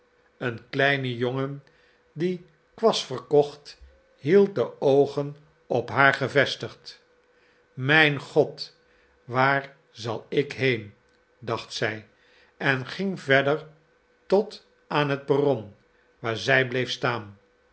een kleine jongen die kwas verkocht hield de oogen op haar gevestigd mijn god waar zal ik heen dacht zij en ging verder tot aan het perron waar zij bleef staan